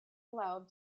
allowed